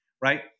right